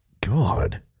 God